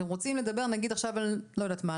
אתם רוצים לדבר נגיד עכשיו על לא יודעת מה,